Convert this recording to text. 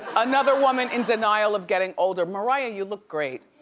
another woman in denial of getting older. mariah, you look great.